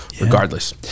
regardless